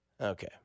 Okay